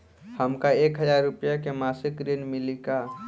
हमका एक हज़ार रूपया के मासिक ऋण मिली का?